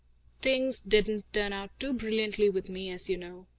things didn't turn out too brilliantly with me, as you know.